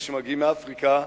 אלה שמגיעים מאפריקה,